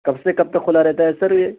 کب سے کب تک کھلا رہتا ہے سر یہ